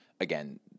again